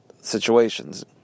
situations